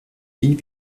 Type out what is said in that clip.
die